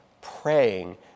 praying